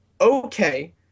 okay